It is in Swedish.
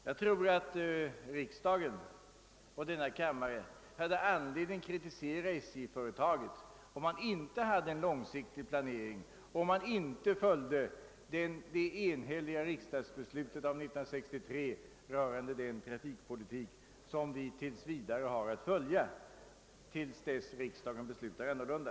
Jag tror att riksdagen skulle ha anledning att kritisera SJ, om man där inte hade en långsiktig planering och inte följde det enhälliga riksdagsbeslutet av 1963 rörande den trafikpolitik som vi har att följa, till dess riksdagen beslutar annorlunda.